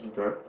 okay